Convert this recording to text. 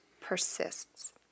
persists